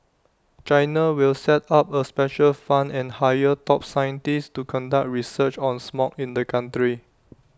China will set up A special fund and hire top scientists to conduct research on smog in the country